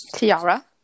Tiara